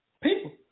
People